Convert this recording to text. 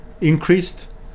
increased